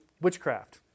witchcraft